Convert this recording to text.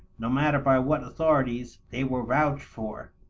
no matter by what authorities they were vouched for.